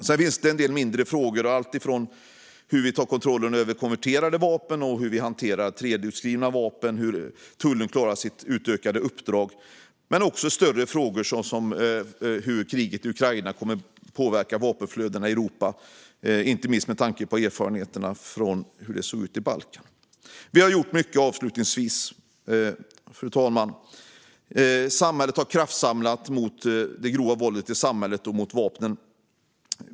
Det finns en del mindre frågor, som hur vi tar kontrollen över konverterade vapen, hur vi hanterar 3D-utskrivna vapen och hur tullen klarar sitt utökade uppdrag, men också större frågor, som hur kriget i Ukraina kommer att påverka vapenflödena i Europa, inte minst med tanke på erfarenheterna från hur det såg ut på Balkan. Avslutningsvis, fru talman: Vi har gjort mycket. Samhället har kraftsamlat mot det grova våldet och mot vapnen.